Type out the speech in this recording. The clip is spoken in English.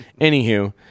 Anywho